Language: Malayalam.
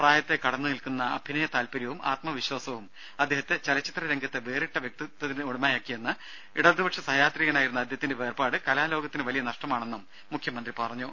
പ്രായത്തെ കടന്നു നിൽക്കുന്ന അഭിനയ താല്പര്യവും ആത്മവിശ്വാസവും അദ്ദേഹത്തെ ചലച്ചിത്രരംഗത്തെ വേറിട്ട വ്യക്തിത്വത്തിന് ഉടമയാക്കിയെന്നും ഇടതുപക്ഷ സഹയാത്രികന നായിരുന്ന അദ്ദേഹത്തിന്റെ വേർപാട് കലാലോകത്തിനു വലിയ നഷ്ടമാണെന്നും മുഖ്യമന്ത്രി പറഞ്ഞു